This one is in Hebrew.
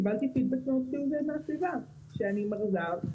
קיבלתי פידבק מאוד חיובי מהסביבה שאני מרזה: